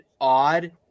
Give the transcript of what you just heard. odd